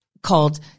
called